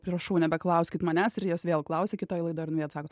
prašau nebeklauskit manęs ir jos vėl klausia kitoj laidoj ir jinai atsako